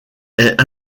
est